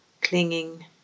clinging